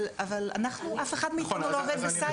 אבל אף אחד מאיתנו לא עובד בסייבר.